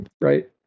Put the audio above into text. right